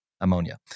ammonia